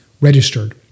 registered